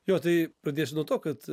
jo tai pradėsiu nuo to kad